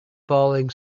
falling